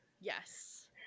yes